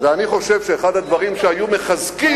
ואני חושב שאחד הדברים שהיו מחזקים,